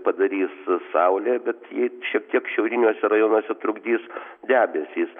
padarys saulė bet jai šiek tiek šiauriniuose rajonuose trukdys debesys